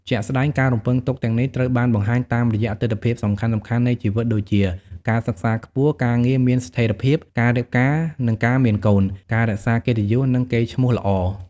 ជាក់ស្ដែង ការរំពឹងទុកទាំងនេះត្រូវបានបង្ហាញតាមរយៈទិដ្ឋភាពសំខាន់ៗនៃជីវិតដូចជា ការសិក្សាខ្ពស់ ការងារមានស្ថិរភាព ការរៀបការ និងការមានកូន ការរក្សាកិត្តិយស និងកេរ្តិ៍ឈ្មោះល្អ។